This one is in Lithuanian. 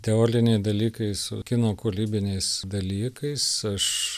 teoriniai dalykai su kino kūrybiniais dalykais aš